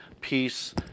peace